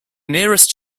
nearest